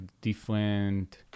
different